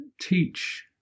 teach